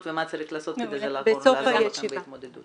ומה צריך לעשות כדי לעזור לכם בהתמודדות.